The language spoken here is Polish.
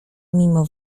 mimo